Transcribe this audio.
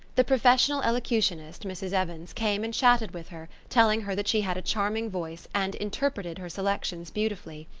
the professional elocutionist, mrs. evans, came and chatted with her, telling her that she had a charming voice and interpreted her selections beautifully.